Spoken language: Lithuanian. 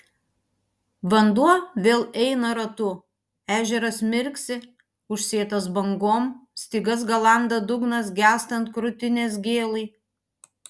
vanduo vėl eina ratu ežeras mirksi užsėtas bangom stygas galanda dugnas gęstant krūtinės gėlai